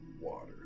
Water